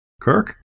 Kirk